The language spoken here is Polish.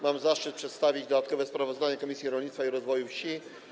Mam zaszczyt przedstawić dodatkowe sprawozdanie Komisji Rolnictwa i Rozwoju Wsi.